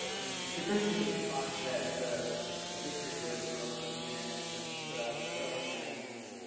um it occurs to me in your talk that the the history really, the growth of the internet since the early ninety s,